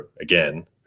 again